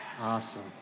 Awesome